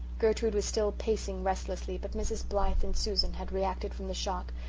gertrude was still pacing restlessly but mrs. blythe and susan had reacted from the shock,